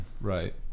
Right